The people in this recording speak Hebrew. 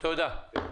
תודה.